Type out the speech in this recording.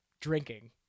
drinking